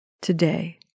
today